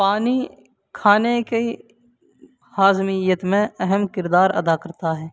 پانی کھانے کے ہاضمیت میں اہم کردار ادا کرتا ہے